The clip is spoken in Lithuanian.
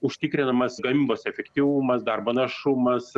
užtikrinamas gamybos efektyvumas darbo našumas